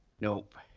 Nope